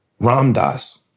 ramdas